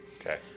Okay